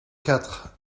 quatre